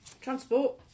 Transport